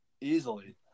easily